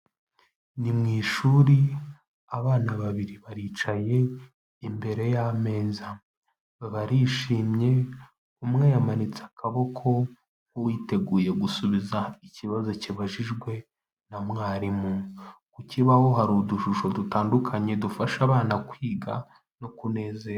Ni mu ishuri, abana babiri baricaye imbere y'ameza, barishimye umwe yamanitse akaboko nk'uwiteguye gusubiza ikibazo kibajijwe na mwarimu. Ku kibaho hari udushusho dutandukanye dufasha abana kwiga no kuneze.